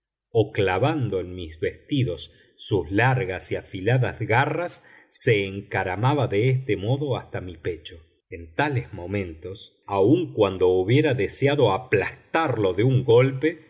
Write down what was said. o clavando en mis vestidos sus largas y afiladas garras se encaramaba de este modo hasta mi pecho en tales momentos aun cuando hubiera deseado aplastarlo de un golpe